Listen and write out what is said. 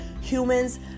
humans